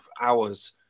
hours